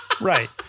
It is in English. Right